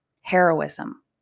heroism